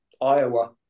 Iowa